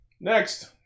Next